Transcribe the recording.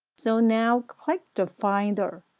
so now, click the finder,